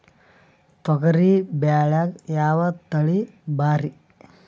ತೊಗರಿ ಬ್ಯಾಳ್ಯಾಗ ಯಾವ ತಳಿ ಭಾರಿ?